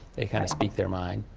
they kind of speak their mind.